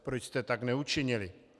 Proč jste tak neučinili?